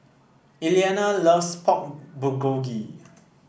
Eliana loves Pork Bulgogi